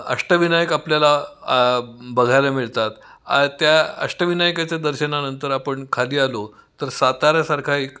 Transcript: अष्टविनायक आपल्याला बघायला मिळतात त्या अष्टविनायकाच्या दर्शनानंतर आपण खाली आलो तर साताऱ्यासारखा एक